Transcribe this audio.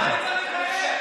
משקר, דבר פשוט, מה פוליטיקה?